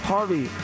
Harvey